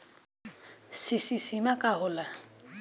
CC सीमा का होला?